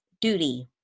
duty